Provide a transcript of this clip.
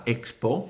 Expo